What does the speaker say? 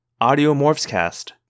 audiomorphscast